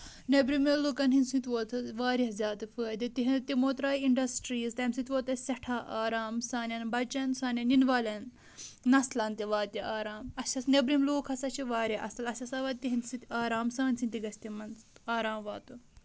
نیٚبرِمو لٔکن ہُنٛدۍ سۭتۍ ووت اَسہِ واریاہ زیادٕ فٲہِدٕ تِہنٛد تِمو ترایہِ اِنٛڈسٹریٖز تِمہِ سۭتۍ ووت اَسہِ سٮ۪ٹھاہ آرام سانیٚن بَچن سانیٚن یِنہٕ والیٚن نَسلَن تہِ واتہِ آرام اسہِ ٲس نیبرِم لوٗکھ ہسا چھِ واریاہ اَصٕل اَسہِ ہسا واتہِ تِہنٛدۍ سۭتۍ آرام سانہِ سۭتۍ تہِ گژھِ تِمن آرام واتُن